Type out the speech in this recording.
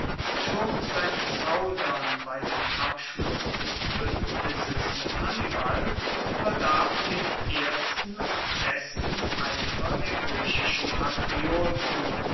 schon sein zaudern bei dem abschluss des buendnisses mit hannibal verdarb den ersten und besten eifer der griechischen patrioten